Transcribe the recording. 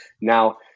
Now